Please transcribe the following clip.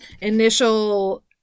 initial